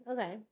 Okay